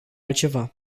altceva